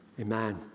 amen